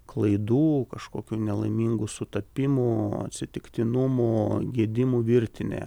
klaidų kažkokių nelaimingų sutapimų atsitiktinumų gedimų virtinė